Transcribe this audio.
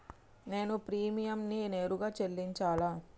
నేను ప్రీమియంని నేరుగా చెల్లించాలా?